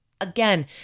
Again